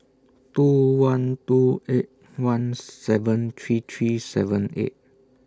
two one two eight one seven three three seven eight